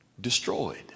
destroyed